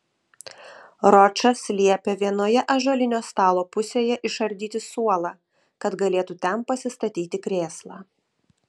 ročas liepė vienoje ąžuolinio stalo pusėje išardyti suolą kad galėtų ten pasistatyti krėslą